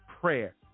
prayer